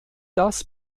das